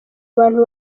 abantu